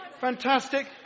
Fantastic